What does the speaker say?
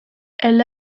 elle